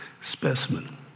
specimen